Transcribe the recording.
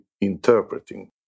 interpreting